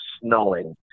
snowing